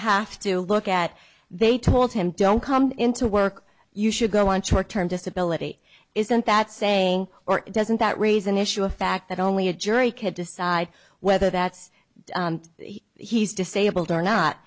have to look at they told him don't come into work you should go on short term disability isn't that saying or doesn't that raise an issue a fact that only a jury could decide whether that's he's disabled or not